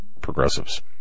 progressives